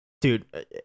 Dude